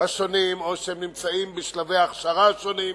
השונים או שהם נמצאים בשלבי ההכשרה השונים,